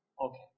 Okay